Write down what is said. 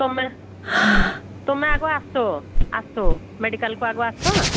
ତୁମେ ତୁମେ ଆଗ ଆସ ଆସ ମେଡିକାଲକୁ ଆଗ ଆସ